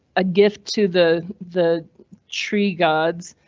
ah gift to the the tree gods,